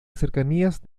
cercanías